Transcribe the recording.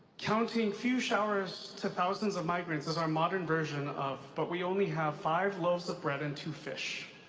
counting few showers to thousands of migrants is our modern version of but we only have five lovers of bread and two fish.